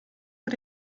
für